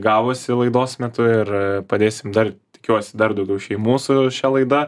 gavosi laidos metu ir padėsim dar tikiuosi dar daugiau šeimų su šia laida